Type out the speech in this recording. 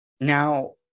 Now